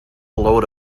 load